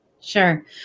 Sure